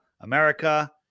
america